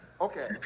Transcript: okay